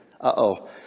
Uh-oh